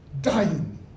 dying